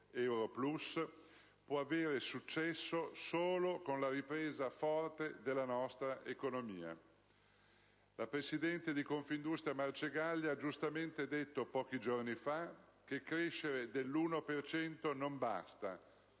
euro plus, può avere successo solo con la ripresa forte della nostra economia. La presidente di Confindustria Marcegaglia ha giustamente detto, pochi giorni fa, che crescere dell'l per cento